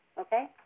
Okay